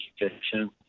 education